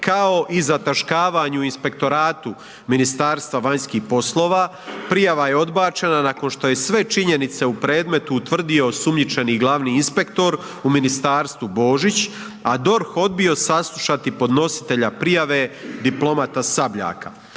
kao i o zataškavanju Inspektoratu Ministarstva vanjskih poslova. Prijava je odbačena nakon što je sve činjenice u predmetu utvrdio osumnjičeni glavni inspektor u ministarstvu Božić, a DORH odbio saslušati podnositelja prijave diplomata Sabljaka.